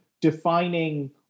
defining